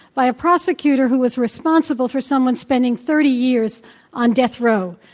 by a prosecutor who was responsible for someone spending thirty years on death row.